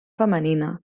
femenina